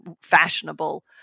fashionable